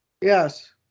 Yes